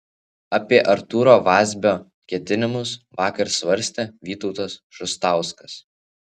apie artūro vazbio ketinimus vakar svarstė vytautas šustauskas